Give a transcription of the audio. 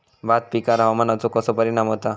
भात पिकांर हवामानाचो कसो परिणाम होता?